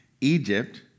Egypt